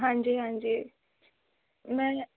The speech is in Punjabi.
ਹਾਂਜੀ ਹਾਂਜੀ ਮੈਂ